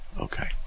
Okay